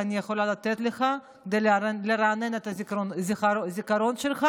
אני יכולה לתת לך כדי לרענן את הזיכרון שלך.